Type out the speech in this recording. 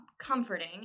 comforting